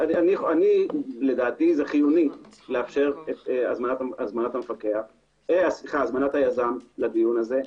לדעתי חיוני לאפשר את הזמנת היזם לדיון הזה.